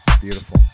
beautiful